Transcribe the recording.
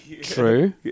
True